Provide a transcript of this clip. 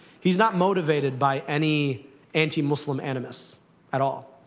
he's not motivated by any anti-muslim animus at all.